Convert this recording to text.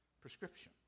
prescription